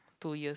two year